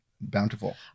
bountiful